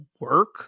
work